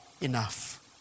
enough